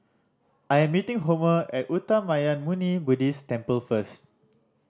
I am meeting Homer at Uttamayanmuni Buddhist Temple first